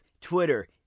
Twitter